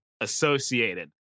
associated